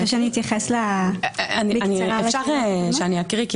אפשר שאקריא כי